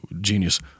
genius